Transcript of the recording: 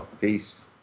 Peace